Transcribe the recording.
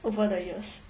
over the years